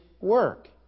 work